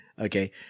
Okay